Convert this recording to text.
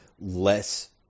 less